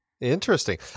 Interesting